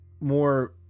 more